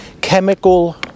chemical